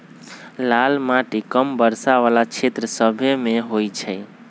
लाल माटि कम वर्षा वला क्षेत्र सभमें होइ छइ